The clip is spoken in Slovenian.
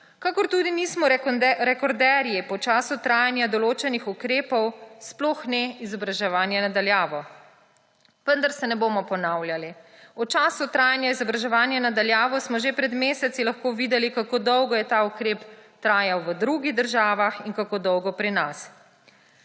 kakor tudi nismo rekorderji po času trajanja določenih ukrepov, sploh ne izobraževanja na daljavo. Vendar se ne bomo ponavljali. V času trajanja izobraževanja na daljavo smo že pred meseci lahko videli, kako dolgo je ta ukrep trajal v drugih državah in kako dolgo pri nas.